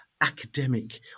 academic